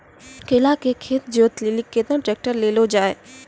केला के खेत जोत लिली केना ट्रैक्टर ले लो जा?